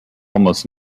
almost